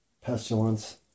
pestilence